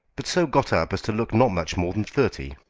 but so got up as to look not much more than thirty.